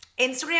Instagram